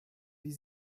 wie